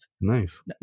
Nice